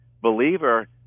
believer